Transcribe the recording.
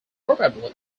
probably